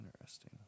interesting